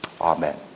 Amen